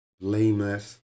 blameless